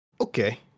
okay